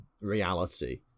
reality